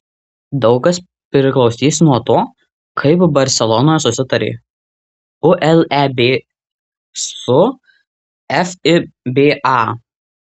daug kas priklausys nuo to kaip barselonoje susitarė uleb su fiba